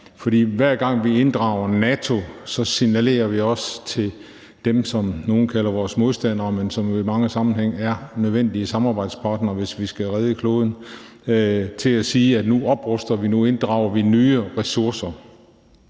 For hver gang vi inddrager NATO, signalerer vi også til dem, som nogle kalder vores modstandere – men som jo i mange sammenhænge er nødvendige samarbejdspartnere, hvis vi skal redde kloden – at nu opruster vi, nu inddrager vi nye ressourcer.